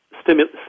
stimulus